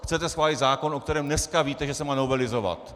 Chcete schválit zákon, o kterém dneska víte, že se má novelizovat.